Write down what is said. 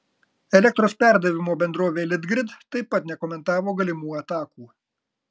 elektros perdavimo bendrovė litgrid taip pat nekomentavo galimų atakų